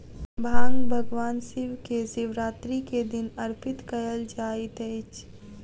भांग भगवान शिव के शिवरात्रि के दिन अर्पित कयल जाइत अछि